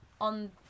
on